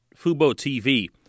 FuboTV